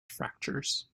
fractures